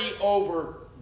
over